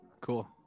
Cool